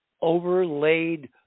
overlaid